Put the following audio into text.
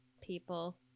people